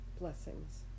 Blessings